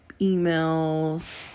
emails